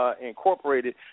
Incorporated